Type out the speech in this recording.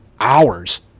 hours